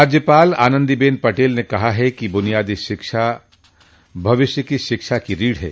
राज्यपाल आनन्दीबेन पटेल ने कहा कि बुनियादी शिक्षा भविष्य की शिक्षा की रीढ़ है